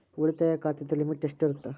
ಉಳಿತಾಯ ಖಾತೆದ ಲಿಮಿಟ್ ಎಷ್ಟ ಇರತ್ತ?